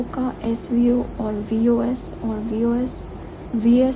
VSO का SVO और VOS और VOS